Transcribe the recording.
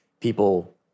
people